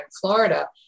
Florida